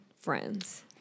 friends